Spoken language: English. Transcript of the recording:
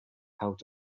out